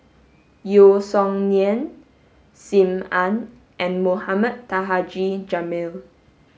Yeo Song Nian Sim Ann and Mohamed Taha Haji Jamil